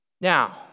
Now